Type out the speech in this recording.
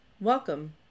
Welcome